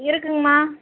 இருக்குங்கமா